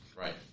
Right